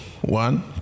one